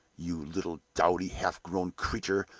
you little dowdy, half-grown creature!